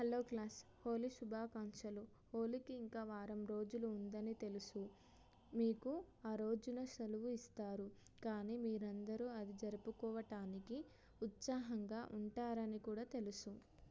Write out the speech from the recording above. hello class Holi శుభాకాంక్షలు హోళీకి ఇంకా వారం రోజులు ఉందని తెలుసు మీకు ఆ రోజున సెలవు ఇస్తారు కానీ మీరందరూ అది జరుపుకోవటానికి ఉత్సాహంగా ఉంటారు అని కూడా తెలుసు